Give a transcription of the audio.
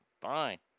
fine